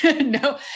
no